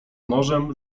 morzem